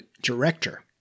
director